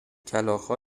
کلاغها